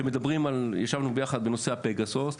ישבנו יחד בנושא הפגסוס,